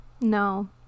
No